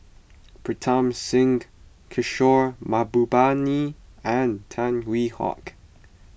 Pritam Singh Kishore Mahbubani and Tan Hwee Hock